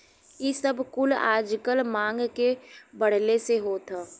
इ सब कुल आजकल मांग के बढ़ले से होत हौ